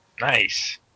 Nice